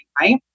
Right